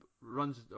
runs